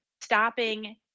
stopping